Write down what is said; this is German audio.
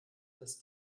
dass